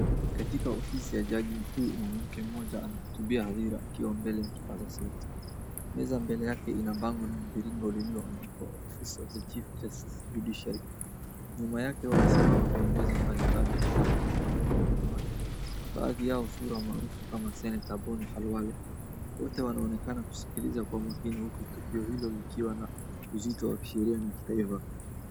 Katika ofisi ya Jaji mkuu ,mwanamke mmoja anahutubia hadhira akiwa mbele ya kipaza sauti. Meza mbele yake ina bango la mviringo lililoandikwa Office of the Chief Justice, Judiciary . Nyuma yake wamesimama viongozi mbalimbali wa kitaifa, wanaume na wanawake. Baadhi yao sura maarufu kama seneta Bonny Khalalwe. Wote wanaonekana kusikiliza kwa umakini huku tukio hilo likiwa na uzito wa kisheria na kitaifa.